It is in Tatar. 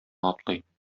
атлый